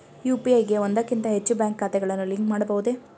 UPI ಗೆ ಒಂದಕ್ಕಿಂತ ಹೆಚ್ಚು ಬ್ಯಾಂಕ್ ಖಾತೆಗಳನ್ನು ಲಿಂಕ್ ಮಾಡಬಹುದೇ?